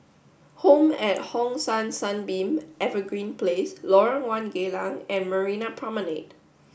home at Hong San Sunbeam Evergreen Place Lorong One Geylang and Marina Promenade